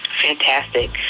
Fantastic